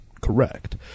correct